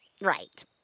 right